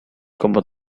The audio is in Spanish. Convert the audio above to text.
como